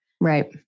right